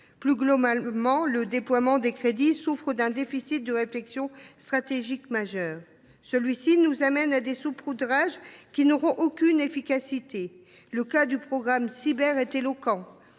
Plus globalement, le déploiement des crédits souffre d’un déficit de réflexion stratégique majeur. Celui ci nous amène à des saupoudrages qui n’auront aucune efficacité. À ce titre, le cas des crédits